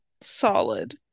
solid